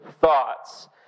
thoughts